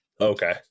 Okay